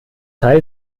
teil